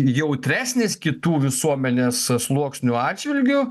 jautresnis kitų visuomenės sluoksnių atžvilgiu